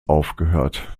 aufgehört